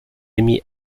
emmy